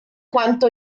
quanto